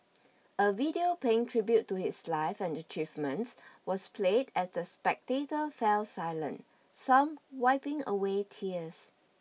a video paying tribute to his life and achievements was played as the spectators fell silent some wiping away tears